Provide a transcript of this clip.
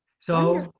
so,